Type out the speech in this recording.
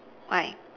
why